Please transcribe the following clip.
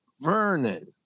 Vernon